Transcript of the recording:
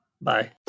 Bye